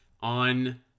on